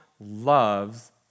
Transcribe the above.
loves